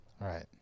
right